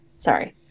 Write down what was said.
Sorry